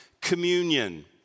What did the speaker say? communion